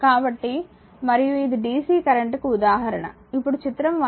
కాబట్టి మరియు ఇది dc కరెంట్ కు ఉదాహరణ ఇప్పుడు చిత్రం 1